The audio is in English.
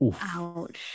ouch